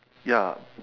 ya